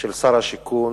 של שר השיכון